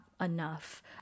enough